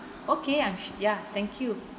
okay I'm sh~ ya thank you